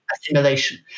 assimilation